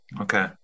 Okay